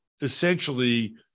essentially